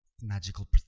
magical